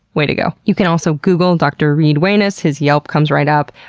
way to go. you can also google dr. reid wainess, his yelp comes right up,